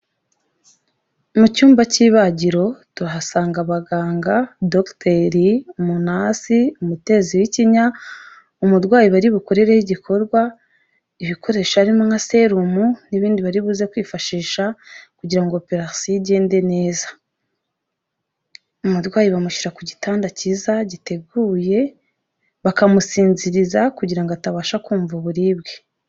Mu cyumba cy'ibagiro, tuhasanga abaganga, dogiteri, umunasi, umutezi w'ikinya, umurwayi bari bukorereho igikorwa, ibikoresho harimo nka serumu n'ibindi bari buze kwifashisha kugira ngo operasiyo igende neza, umurwayi bamushyira ku gitanda cyiza, giteguye, bakamusinziriza kugira ngo atabasha kumva uburibwe.